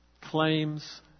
claims